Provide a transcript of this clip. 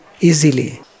easily